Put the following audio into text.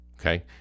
okay